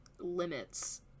limits